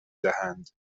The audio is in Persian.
دهند